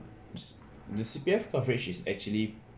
the C_P_F coverage is actually